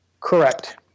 Correct